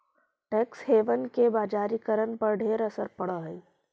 tax haven के बजारिकरण पर ढेर असर पड़ हई